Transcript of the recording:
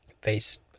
face